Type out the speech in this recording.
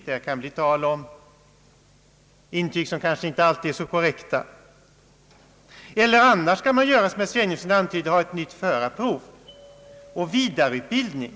Det kan bli tal om intyg som kanske inte alltid är helt korrekta. Vidare skall man, som herr Sveningsson antyder, ordna ett nytt förarprov och vidareutbildning.